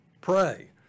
pray